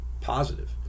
positive